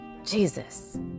jesus